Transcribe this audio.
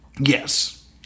Yes